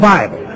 Bible